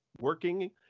working